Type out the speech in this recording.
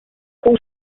call